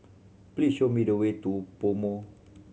please show me the way to PoMo